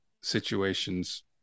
situations